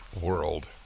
world